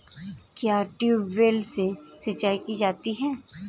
क्या ट्यूबवेल से सिंचाई की जाती है?